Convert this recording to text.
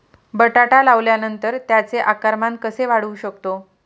बटाटा लावल्यानंतर त्याचे आकारमान कसे वाढवू शकतो?